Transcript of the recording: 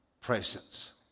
presence